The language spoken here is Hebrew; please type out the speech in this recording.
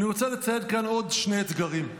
אני רוצה לציין כאן עוד שני אתגרים.